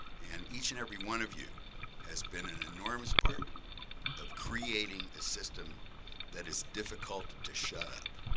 and each and every one of you has been an enormous part of creating a system that is difficult to shut up